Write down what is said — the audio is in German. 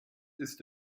ist